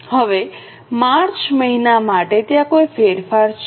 હવે માર્ચ મહિના માટે ત્યાં કોઈ ફેરફાર છે